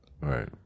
right